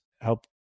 help